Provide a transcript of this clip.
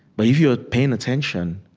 but if you are paying attention,